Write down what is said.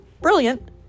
brilliant